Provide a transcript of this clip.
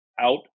out